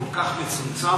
כל כך מצומצם,